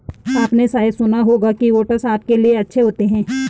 आपने शायद सुना होगा कि ओट्स आपके लिए अच्छे होते हैं